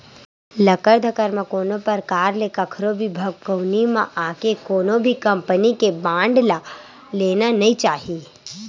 लकर धकर म कोनो परकार ले कखरो भी भभकउनी म आके कोनो भी कंपनी के बांड ल लेना नइ चाही